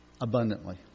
abundantly